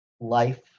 life